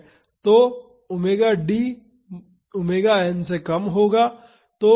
तो ⍵D ⍵n से कम होगा